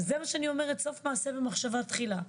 וזה מה שאני אומרת, סוף מעשה במחשבה תחילה.